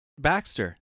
Baxter